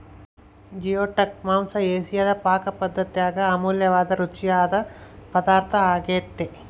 geoduck ಮಾಂಸ ಏಷಿಯಾದ ಪಾಕಪದ್ದತ್ಯಾಗ ಅಮೂಲ್ಯವಾದ ರುಚಿಯಾದ ಪದಾರ್ಥ ಆಗ್ಯೆತೆ